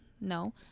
no